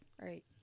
right